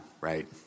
right